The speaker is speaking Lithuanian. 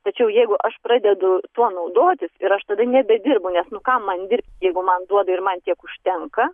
tačiau jeigu aš pradedu tuo naudotis ir aš tada nebedirbu nes nu kam man dirbt jeigu man duoda ir man tiek užtenka